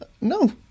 no